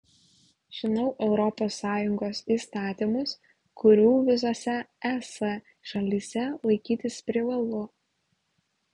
žinau europos sąjungos įstatymus kurių visose es šalyse laikytis privalu